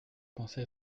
pensez